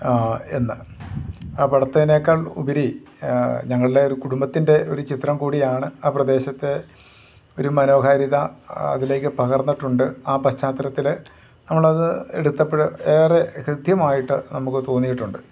എന്ന് ആ പടത്തിനേക്കാൾ ഉപരി ഞങ്ങളുടെ ഒരു കുടുംബത്തിൻ്റെ ഒരു ചിത്രം കൂടിയാണ് ആ പ്രദേശത്തെ ഒരു മനോഹാരിത അതിലേക്ക് പകർന്നിട്ടുണ്ട് ആ പശ്ചാത്തലത്തിൽ നമ്മളത് എടുത്തപ്പോൾ ഏറെ ഹൃദ്യമായിട്ട് നമുക്ക് തോന്നിയിട്ടുണ്ട്